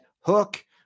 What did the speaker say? Hook